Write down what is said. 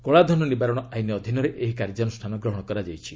କଳାଧନ ନିବାରଣ ଆଇନ୍ ଅଧୀନରେ ଏହି କାର୍ଯ୍ୟାନୁଷ୍ଠାନ ଗ୍ରହଣ କରାଯାଇଛି